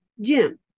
Jim